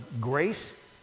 grace